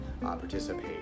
participate